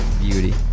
beauty